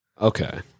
Okay